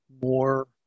more